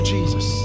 Jesus